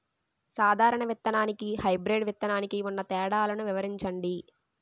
సాధారణ విత్తననికి, హైబ్రిడ్ విత్తనానికి ఉన్న తేడాలను వివరించండి?